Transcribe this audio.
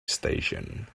station